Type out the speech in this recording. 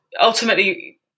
ultimately